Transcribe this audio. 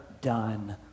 done